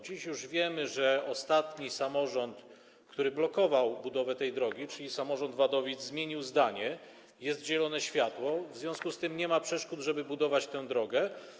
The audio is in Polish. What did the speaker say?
Dziś już wiemy, że ostatni samorząd, który blokował budowę tej drogi, czyli samorząd Wadowic, zmienił zdanie, jest zielone światło, w związku z tym nie ma przeszkód, żeby budować tę drogę.